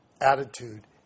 attitude